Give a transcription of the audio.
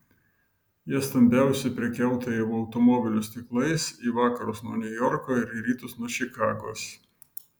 jie stambiausi prekiautojai automobilių stiklais į vakarus nuo niujorko ir į rytus nuo čikagos